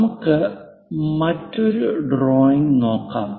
നമുക്ക് മറ്റൊരു ഡ്രോയിംഗ് നോക്കാം